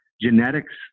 genetics